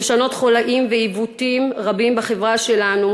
לשנות חוליים ועיוותים רבים בחברה שלנו,